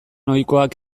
ohikoak